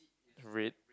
red